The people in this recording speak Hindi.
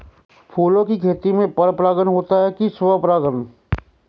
फूलों की खेती में पर परागण होता है कि स्वपरागण?